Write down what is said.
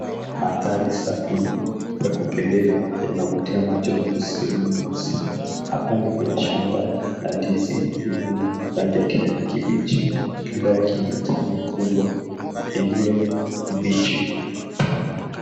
Mandhari safi ya kupendeza yanavutia macho na kusisimua nafsi, hapa ni kwenye shamba la ndizi lililo na rangi kijani kibichi. Kando yake mna chane kubwa iliyo mbichi.